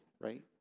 right